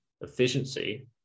efficiency